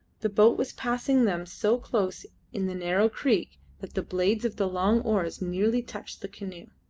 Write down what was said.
the boat was passing them so close in the narrow creek that the blades of the long oars nearly touched the canoe.